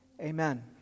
Amen